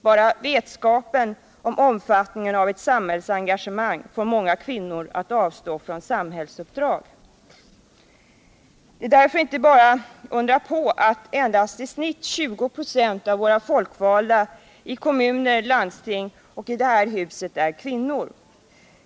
Bara vetskapen om omfattningen av ett samhällsengagemang får många kvinnor att avstå från samhällsuppdrag. Det är därför inte att undra på att endast i genomsnitt 20 926 av våra folkvalda i kommuner, i landsting och i det här huset är kvinnor.